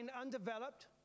undeveloped